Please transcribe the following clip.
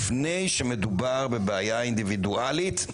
לפני שמדובר בבעיה אינדיבידואלית,